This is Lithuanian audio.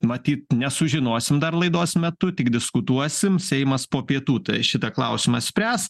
matyt nesužinosim dar laidos metu tik diskutuosim seimas po pietų šitą klausimą spręs